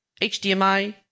HDMI